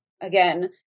Again